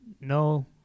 no